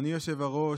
אדוני היושב-ראש,